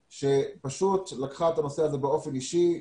שפשוט לקחה את הנושא הזה באופן אישי,